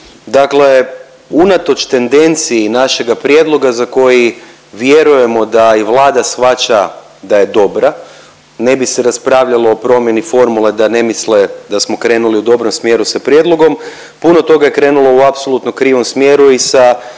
Dakle unatoč tendenciji našega prijedloga za koji vjerujemo da i Vlada shvaća da je dobra, ne bi se raspravljalo o promjeni formule da ne misle da smo krenuli u dobrom smjeru sa prijedlogom. Puno toga je krenulo u apsolutno krivom smjeru i sa